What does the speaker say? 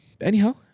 Anyhow